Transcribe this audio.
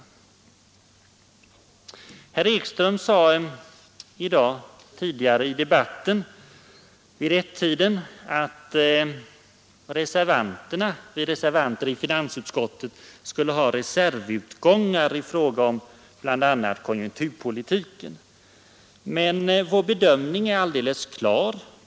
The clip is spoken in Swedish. Herr Ekström sade tidigare i debatten i dag att vi reservanter i finansutskottet skulle ha skaffat oss reservutgångar i fråga om bl.a. konjunkturpolitiken. Men vår uppfattning är alldeles klar.